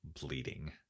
bleeding